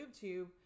tube